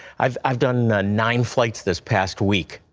i've i've done nine flights this past week,